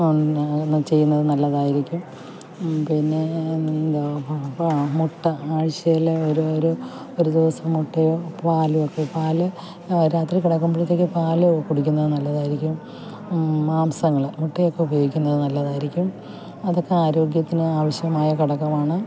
എന്നും ചെയ്യുന്നത് നല്ലതായിരിക്കും പിന്നെ എന്താ ആ മുട്ട ആഴ്ചയിൽ ഒരു ഒരു ഒരു ദിവസം മുട്ടയും പാലും ഒക്കെ പാൽ രാത്രി കിടക്കുമ്പോഴത്തേക്കും പാൽ കുടിക്കുന്നത് നല്ലതായിരിക്കും മാംസങ്ങൾ മുട്ടയൊക്കെ ഉപയോഗിക്കുന്നത് നല്ലതായിരിക്കും അതൊക്കെ ആരോഗ്യത്തിന് ആവശ്യമായ ഘടകമാണ്